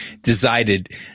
decided